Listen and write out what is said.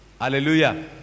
Hallelujah